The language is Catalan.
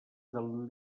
del